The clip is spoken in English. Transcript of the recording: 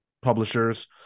publishers